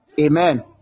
amen